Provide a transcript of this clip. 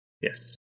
Yes